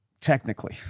Technically